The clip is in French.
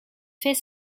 fait